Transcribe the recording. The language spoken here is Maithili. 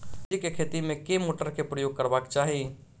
सब्जी केँ खेती मे केँ मोटर केँ प्रयोग करबाक चाहि?